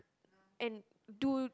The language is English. and do